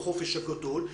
בחופש הגדול,